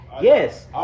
Yes